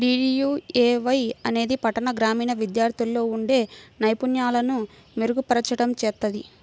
DDUAY అనేది పట్టణ, గ్రామీణ విద్యార్థుల్లో ఉండే నైపుణ్యాలను మెరుగుపర్చడం చేత్తది